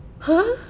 !huh!